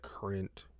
current